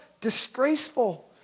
disgraceful